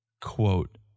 quote